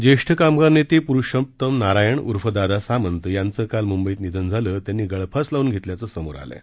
ज्येष्ठ कामगार नेते प्रुषोतम नारायण उर्फ दादा सामंत यांचं काल मंबईत निधन झालं त्यांनी गळफास लावून घेतल्याचं समोर आलं आहे